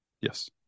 Yes